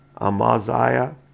Amaziah